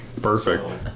Perfect